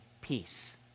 peace